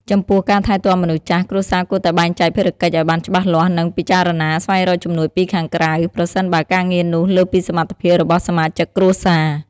ចំពោះការថែទាំមនុស្សចាស់ គ្រួសារគួរតែបែងចែកភារកិច្ចឲ្យបានច្បាស់លាស់ និងពិចារណាស្វែងរកជំនួយពីខាងក្រៅ ប្រសិនបើការងារនោះលើសពីសមត្ថភាពរបស់សមាជិកគ្រួសារ។